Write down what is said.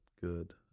good